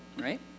right